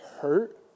hurt